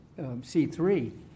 C3